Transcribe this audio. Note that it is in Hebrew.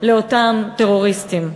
לאותם טרוריסטים.